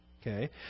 Okay